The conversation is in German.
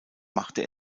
machte